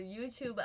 YouTube